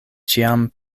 ĉiam